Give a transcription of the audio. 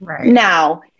Now